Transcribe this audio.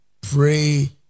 pray